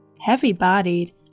heavy-bodied